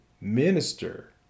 minister